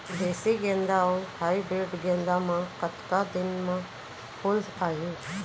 देसी गेंदा अऊ हाइब्रिड गेंदा म कतका दिन म फूल आही?